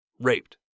raped